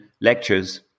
lectures